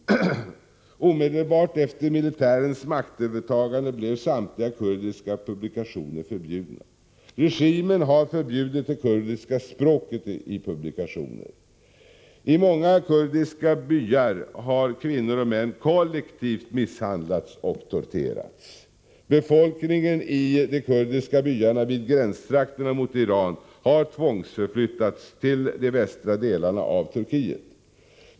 Omedelbart efter militärens maktövertagande blev samtliga kurdiska publikationer förbjudna. Regimen har förbjudit det kurdiska språket i publikationer. I många kurdiska byar har kvinnor och män kollektivt misshandlats och torterats. Befolkningen i de kurdiska byarna vid gränstrakterna mot Iran har tvångsförflyttats till de västra delarna av Turkiet.